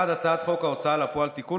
1. הצעת חוק ההוצאה לפועל (תיקון,